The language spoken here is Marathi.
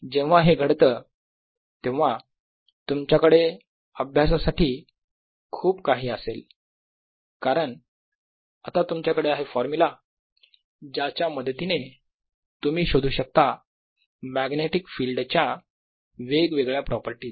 जेव्हा हे घडतं तेव्हा तुमच्याकडे अभ्यासासाठी खूप काही असेल कारण आता तुमच्याकडे आहे फॉर्मुला ज्याच्या मदतीने तुम्ही शोधू शकता मॅग्नेटिक फिल्ड च्या वेगवेगळ्या प्रॉपर्टीज